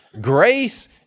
Grace